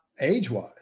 age-wise